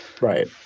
right